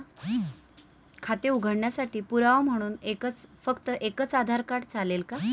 खाते उघडण्यासाठी पुरावा म्हणून फक्त एकच आधार कार्ड चालेल का?